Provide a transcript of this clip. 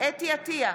חוה אתי עטייה,